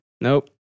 Nope